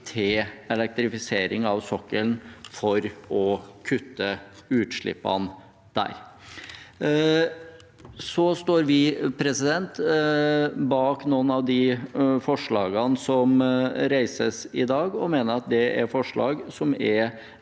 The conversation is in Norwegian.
til elektrifisering av sokkelen, for å kutte utslippene der. Vi står bak noen av de forslagene som fremmes i dag, og mener at det er forslag som er